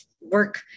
work